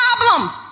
problem